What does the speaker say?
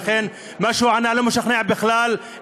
מה שהוא ענה לא משכנע בכלל,